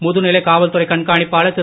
முதுநிலை காவல்துறை கண்காணிப்பாளர் திரு